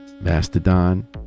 Mastodon